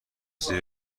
زیر